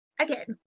Again